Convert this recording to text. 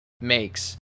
makes